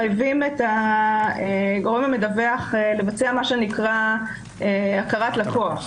מחייבים את הגורם המדווח לבצע מה שנקרא הכרת לקוח.